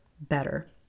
better